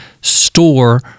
store